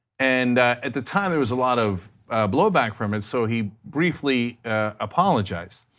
and at the time there was a lot of blowback from it so he briefly apologized.